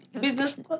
business